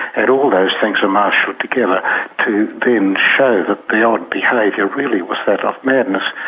and all those things are marshalled together to then show the the odd behaviour really was that of madness.